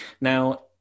Now